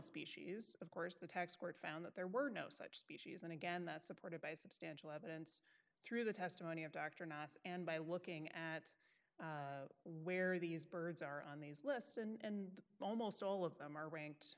species of course the tax court found that there were no such species and again that's supported by substantial evidence through the testimony of dr knox and by looking at where these birds are on these lists and almost all of them are ranked